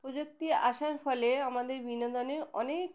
প্রযুক্তি আসার ফলে আমাদের বিনোদনে অনেক